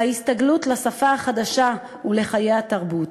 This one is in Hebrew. ההסתגלות לשפה החדשה ולחיי התרבות.